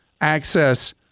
access